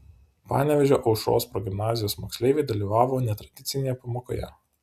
panevėžio aušros progimnazijos moksleiviai dalyvavo netradicinėje pamokoje